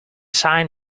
sign